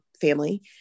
family